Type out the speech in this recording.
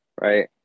right